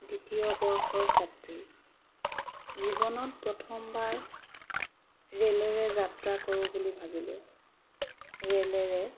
দ্বিতীয় বৰ্ষৰ ছাত্ৰী জীৱনত প্ৰথমবাৰ ৰেলেৰে যাত্ৰা কৰোঁ বুলি ভাবিলোঁ ৰেলেৰে